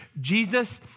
Jesus